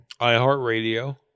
iHeartRadio